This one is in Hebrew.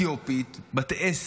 זו ילדה אתיופית בת עשר,